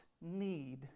need